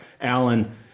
Alan